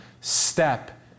step